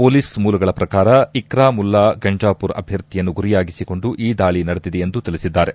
police ಮೂಲಗಳ ಪ್ರಕಾರ ಇಕ್ರಾ ಮುಲ್ಲಾ ಗಂಡಾಪುರ್ ಅಭ್ಯರ್ಥಿಯನ್ನು ಗುರಿಯಾಗಿಸಿಕೊಂಡು ಈ ದಾಳಿ ನಡೆದಿದೆ ಎಂದು ತಿಳಿಸಿದ್ದಾರೆ